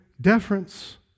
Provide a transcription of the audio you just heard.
deference